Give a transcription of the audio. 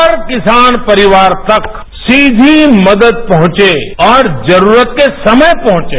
हर किसान परिवार तक सीधी मदद पहुंचे और जरूरत के समय पहुंचे